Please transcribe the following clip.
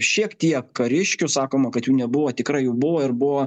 šiek tiek kariškių sakoma kad jų nebuvo tikrai jų buvo ir buvo